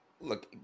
look